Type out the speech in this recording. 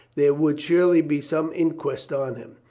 there would surely be some inquest on him.